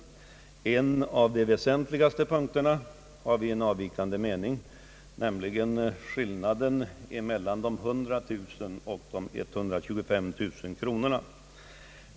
På en av de mest väsentliga punkterna har vi en avvikande mening, nämligen när det gäller skillnaden mellan de 100 000 och 125 009 kronorna.